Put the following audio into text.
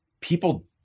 people